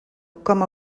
com